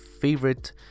favorite